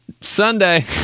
Sunday